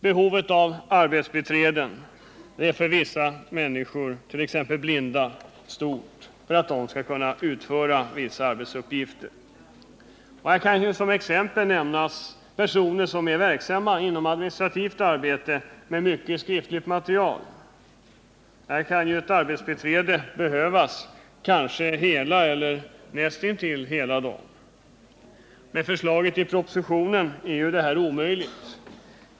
Behovet av arbetsbiträden är stort för vissa personer, t.ex. blinda, för att de skall kunna utföra vissa arbetsuppgifter. Här kan som exempel nämnas personer som är verksamma inom administrativt arbete med mycket skriftligt material. Här kan arbetsbiträde behövas kanske hela eller nästan hela dagen. Förslaget i propositionen är i det stycket otillräckligt.